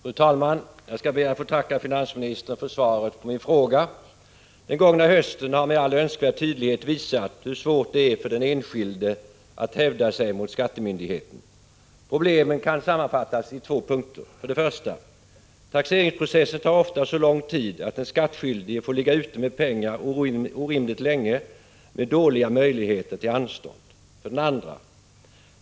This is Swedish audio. Fru talman! Jag skall be att få tacka finansministern för svaret på min fråga. Under den gångna hösten har det med all önskvärd tydlighet visat sig hur svårt det är för den enskilde att hävda sig mot skattemyndigheten. Problemen kan sammanfattas i två punkter. 1. Taxeringsprocessen tar ofta så lång tid att den skattskyldige får ligga ute med pengar orimligt länge med dåliga möjligheter till anstånd. 2.